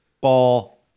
Ball